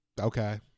Okay